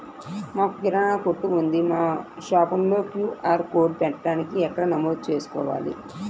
మాకు కిరాణా కొట్టు ఉంది మా షాప్లో క్యూ.ఆర్ కోడ్ పెట్టడానికి ఎక్కడ నమోదు చేసుకోవాలీ?